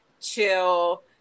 chill